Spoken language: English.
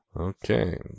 Okay